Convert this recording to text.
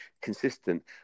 consistent